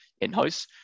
in-house